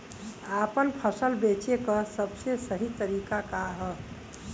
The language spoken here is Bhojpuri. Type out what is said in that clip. आपन फसल बेचे क सबसे सही तरीका का ह?